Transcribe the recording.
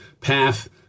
path